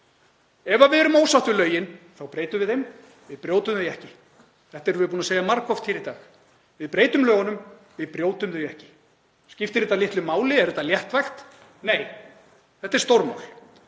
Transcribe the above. Ef við erum ósátt við lögin þá breytum við þeim, við brjótum þau ekki. Þetta erum við búin að segja margoft í dag. Við breytum lögunum, við brjótum þau ekki. Skiptir þetta litlu máli, er þetta léttvægt? Nei, þetta er stórmál.